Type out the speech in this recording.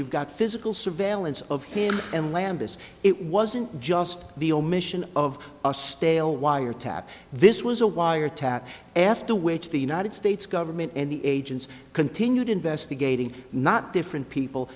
you've got physical surveillance of him and landis it wasn't just the omission of our stale wiretap this was a wiretap after which the united states government and the agents continued investigating not different people